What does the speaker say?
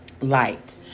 light